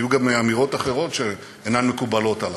היו גם אמירות אחרות שאינן מקובלות עלי,